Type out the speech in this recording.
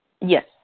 Yes